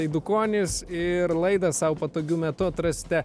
eidukonis ir laidą sau patogiu metu atrasite